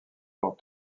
fort